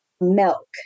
milk